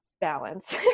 balance